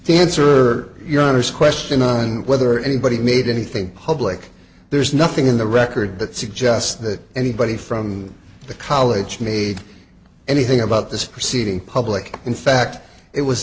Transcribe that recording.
answer your honor's question on whether anybody made anything public there's nothing in the record that suggests that anybody from the college made anything about this proceeding public in fact it was